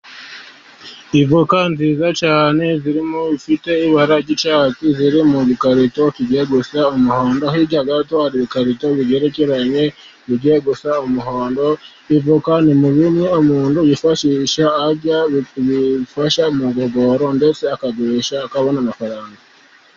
Avoka nziza cyane zirimo, zifite ibara ry'icyatsi, ziri mu gikarito kigiye gusa n'umuhondo, hirya gato hari ibikarito bigerekeranye bigiye gusa umuhondo. Avoka ni zimwe umuntu yifashisha arya, bimufasha mu igogora, ndetse akagurisha akabona amafaranga.